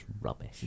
rubbish